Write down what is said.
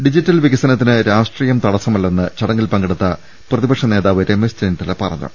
digital വികസനത്തിന് രാഷ്ട്രീയം തടസ്സമല്ലെന്ന് ചടങ്ങിൽ പങ്കെടുത്ത പ്രതിപക്ഷ നേതാവ് രമേശ് ചെന്നിത്തല പറഞ്ഞു